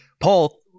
Paul